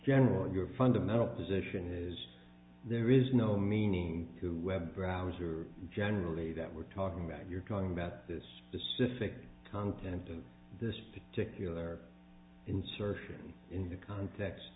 general or your fundamental position is there is no meaning to web browser generally that we're talking about and you're talking about this specific content of this particular insertion in the context